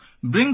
brings